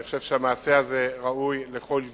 אני חושב שהמעשה הזה ראוי לכל גינוי.